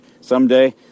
someday